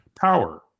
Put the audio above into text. power